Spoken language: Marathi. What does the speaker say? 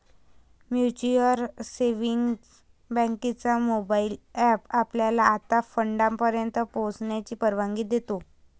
म्युच्युअल सेव्हिंग्ज बँकेचा मोबाइल एप आपल्याला आपल्या फंडापर्यंत पोहोचण्याची परवानगी देतो